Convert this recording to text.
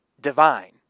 divine